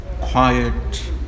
quiet